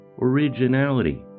originality